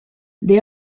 they